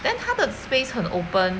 then 他的 space 很 open